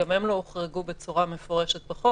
גם הם לא הוחרגו בצורה מפורשת בחוק,